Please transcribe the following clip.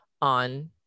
on